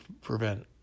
prevent